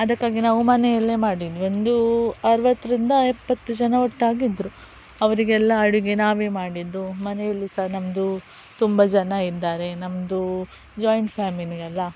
ಅದಕ್ಕಾಗಿ ನಾವು ಮನೆಯಲ್ಲೇ ಮಾಡಿನಿ ಒಂದು ಅರವತ್ರಿಂದ ಎಪ್ಪತ್ತು ಜನ ಒಟ್ಟಾಗಿದ್ರು ಅವರಿಗೆಲ್ಲ ಅಡುಗೆ ನಾವೇ ಮಾಡಿದ್ದು ಮನೆಯಲ್ಲೂ ಸಹ ನಮ್ದು ತುಂಬ ಜನ ಇದ್ದಾರೆ ನಮ್ದು ಜಾಯಿಂಟ್ ಫ್ಯಾಮಿಲಿಗೆಲ್ಲ